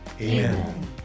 Amen